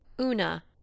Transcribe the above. Una